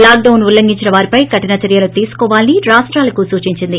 lockdown ఉల్లంఘించిన వారిపై కఠిన చర్యలు తీసుకోవాలని రాష్టాలకు సూచింది